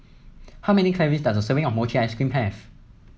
how many calories does a serving of Mochi Ice Cream have